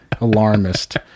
Alarmist